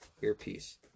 earpiece